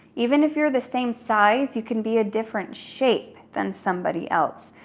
even if you're the same size, you can be a different shape than somebody else.